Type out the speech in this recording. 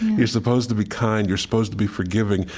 you're supposed to be kind. you're supposed to be forgiving.